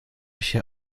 się